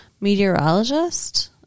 meteorologist